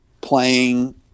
playing